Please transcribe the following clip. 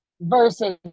versus